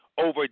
over